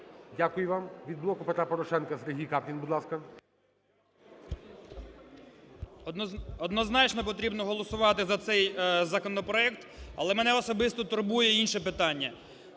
Дякую вам. Від "Блоку Петра Порошенка" – Сергій Каплін, будь ласка. 17:40:53 КАПЛІН С.М. Однозначно потрібно голосувати за цей законопроект. Але мене особисто турбує інше питання.